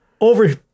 over